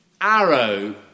arrow